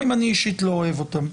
גם אם אני אישית לא אוהב אותם.